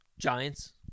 Giants